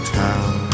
town